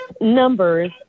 numbers